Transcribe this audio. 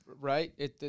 right